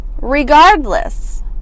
Regardless